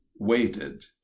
Waited